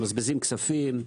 מבזבזים כספים,